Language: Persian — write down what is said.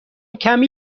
کمی